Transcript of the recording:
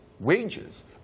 wages